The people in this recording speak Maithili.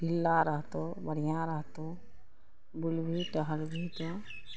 ढिल्ला रहतौ बढ़िआँ रहतौ बुलभी टहलभी तऽ